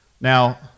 Now